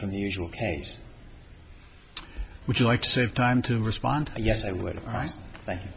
from the usual case would you like to save time to respond yes i would